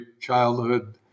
childhood